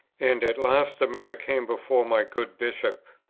and at last the matter came before my good bishop.